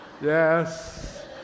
Yes